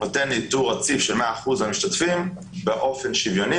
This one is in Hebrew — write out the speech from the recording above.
נותן ניטור רציף של 100% מהמשתתפים באופן שוויוני